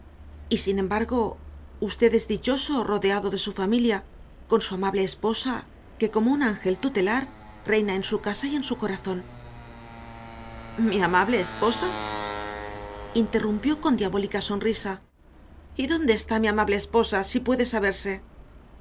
sin embargo usted es dichoso rodeado de su familia con su amable esposa que como un ángel tutelar reina en su casa y en su corazón mi amable esposa interrumpió con diabólica sonrisa y dónde está mi amable esposa si se puede saber